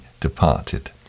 departed